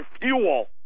fuel